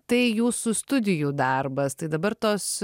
tai jūsų studijų darbas tai dabar tos